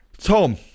Tom